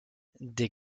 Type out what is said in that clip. des